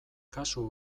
kasu